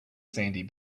sandy